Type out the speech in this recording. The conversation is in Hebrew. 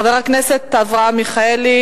חבר הכנסת אברהם מיכאלי,